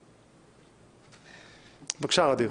ע'דיר, בבקשה.